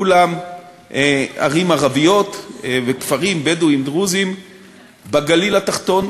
כולם ערים ערביות וכפרים בדואיים ודרוזיים בגליל התחתון,